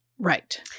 Right